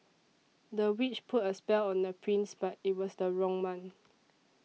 the witch put a spell on the prince but it was the wrong one